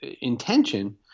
intention